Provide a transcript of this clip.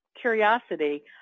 curiosity